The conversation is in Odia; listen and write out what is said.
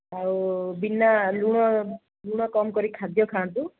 ଆଉ ବିନା ଲୁଣ ଲୁଣ କମ୍ କରି ଖାଦ୍ୟ ଖାଆନ୍ତୁ